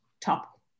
top